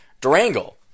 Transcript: Durango